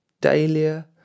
Dahlia